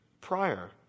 prior